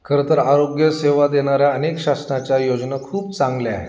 खरंंतर आरोग्य सेवा देणाऱ्या अनेक शासनाच्या योजना खूप चांगल्या आहेत